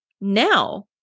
Now